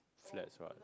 flats right